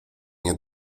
nie